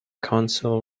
council